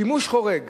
שימוש חורג,